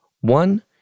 One